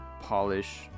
polish